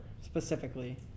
specifically